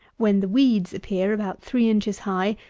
when the weeds appear about three inches high,